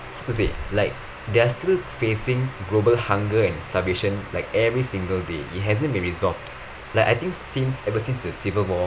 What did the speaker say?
how to say like they're still facing global hunger and starvation like every single day it hasn't been resolved like I think since ever since the civil war